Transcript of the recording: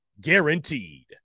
guaranteed